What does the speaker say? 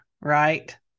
right